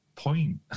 point